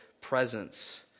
presence